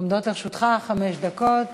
עומדות לרשותך חמש דקות